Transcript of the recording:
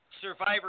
Survivor